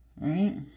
right